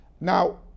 Now